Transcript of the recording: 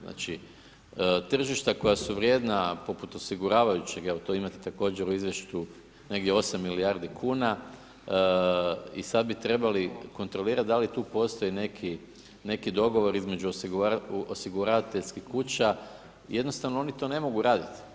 Znači tržišta koja su vrijedna poput osiguravajućeg, evo to imate također u izvješću negdje 8 milijardi kuna i sada bi trebali kontrolirati da li tu postoji neki dogovor između osiguravateljskih kuća, jednostavno oni to ne mogu raditi.